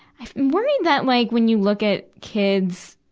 i'm worried that like when you look at kids,